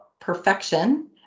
perfection